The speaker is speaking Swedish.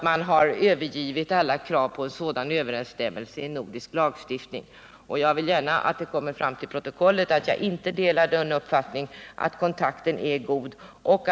Man har övergivit alla krav på överensstämmelse i lagstiftningen i de olika nordiska länderna, sägs det. Jag vill gärna att det kommer till protokollet att jag inte delar uppfattningen att kontakten är dålig.